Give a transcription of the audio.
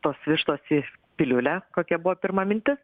tos vištos į piliulę kokia buvo pirma mintis